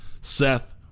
Seth